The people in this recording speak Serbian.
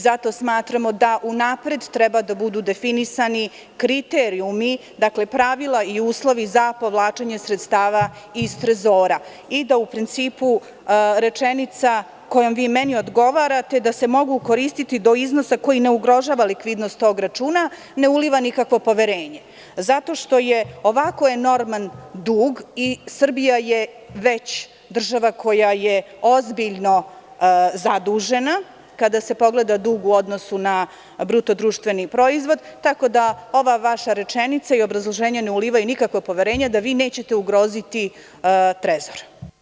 Zato smatramo da unapred treba da budu definisani kriterijumi, dakle pravila i uslovi za povlačenje sredstava iz trezora i da u principu rečenica kojom vi meni odgovarate da se mogu koristiti do iznosa koji ne ugrožava likvidnost tog računa, ne uliva nikakvo poverenje zato što je ovako enorman dug i Srbija je već država koja je ozbiljno zadužena, kada se pogleda dug u odnosu na bruto društveni proizvod, tako da ova vaša rečenica i obrazloženje ne ulivaju nikakvo poverenje da vi nećete ugroziti trezor.